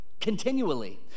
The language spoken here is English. continually